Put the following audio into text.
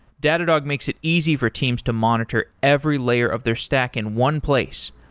datadog makes it easy for teams to monitor every layer of their stack in one place,